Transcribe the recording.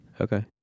Okay